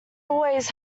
always